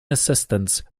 assistance